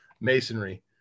masonry